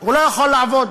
הוא לא יכול לעבוד.